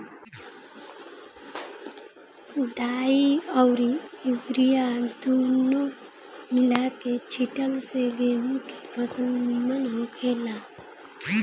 डाई अउरी यूरिया दूनो मिला के छिटला से गेंहू के फसल निमन होखेला